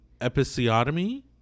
Episiotomy